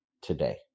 today